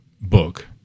book